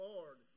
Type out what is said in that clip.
Lord